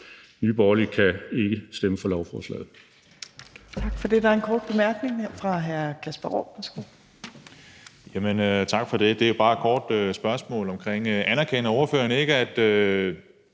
Nye Borgerlige kan ikke stemme for lovforslaget.